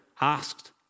asked